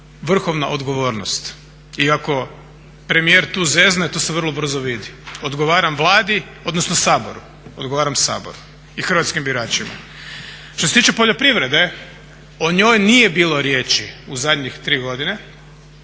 vrhovna odgovornost i ako premijer tu zezne to se vrlo brzo vidi. Odgovaram Vladi, odnosno Saboru, odgovaram Saboru i hrvatskim biračima. Što se tiče poljoprivrede, o njoj nije bilo riječi u zadnjih tri godine